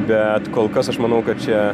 bet kol kas aš manau kad čia